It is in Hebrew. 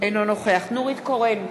אינו נוכח נורית קורן,